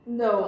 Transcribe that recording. no